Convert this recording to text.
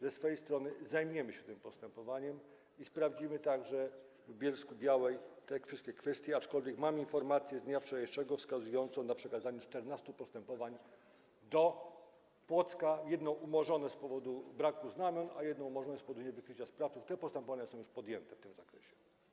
Zajmiemy się tym postępowaniem i sprawdzimy także w Bielsku-Białej te wszystkie kwestie, aczkolwiek mam informację z dnia wczorajszego wskazującą na przekazanie 14 postępowań do Płocka - jedno umorzone z powodu braku znamion, a jedno umorzone z powodu niewykrycia sprawców, te postępowania są już podjęte w tym zakresie.